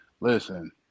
Listen